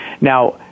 Now